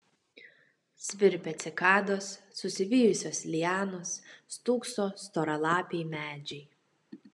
svirpia cikados susivijusios lianos stūkso storalapiai medžiai